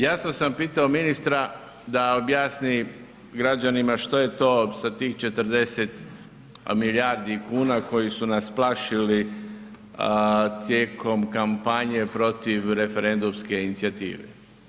Jasno sam pitao ministra da objasni građanima što je to sa tih 40 milijardi kuna koji su nas plašili tijekom kampanje protiv referendumske inicijative.